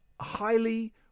highly